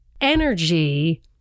energy